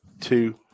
Two